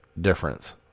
difference